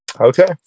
Okay